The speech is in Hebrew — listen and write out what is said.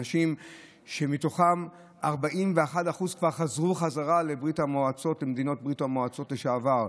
אנשים שמהם 41% כבר חזרו חזרה למדינות ברית המועצות לשעבר.